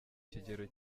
kigero